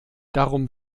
darum